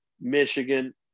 Michigan